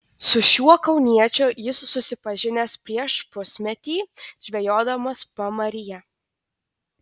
su šiuo kauniečiu jis susipažinęs prieš pusmetį žvejodamas pamaryje